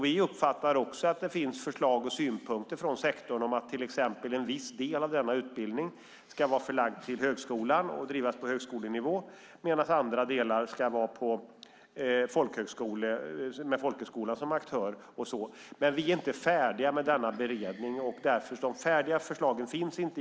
Vi uppfattar också att det finns förslag och synpunkter från sektorn om att till exempel en viss del av denna utbildning ska vara förlagd till högskolan och drivas på högskolenivå medan andra delar ska ha folkhögskolan som aktör. Men vi är inte färdiga med denna beredning. De färdiga förslagen finns inte.